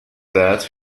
that